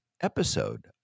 episode